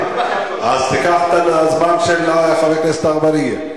אז תיקח את הזמן של חבר הכנסת אגבאריה.